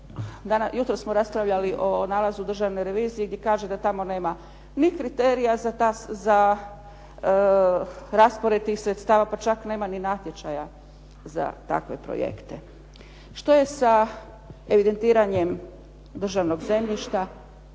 Jutros smo raspravljali o nalazu državne revizije gdje kaže da tamo nema ni kriterija za raspored tih sredstava, pa čak nema ni natječaja za takve projekte. Što je sa evidentiranjem državnog zemljišta?